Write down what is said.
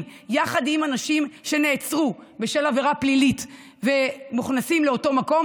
יחד עם אנשים שנעצרו בשל עבירה פלילית ומוכנסים לאותו מקום,